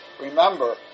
Remember